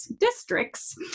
districts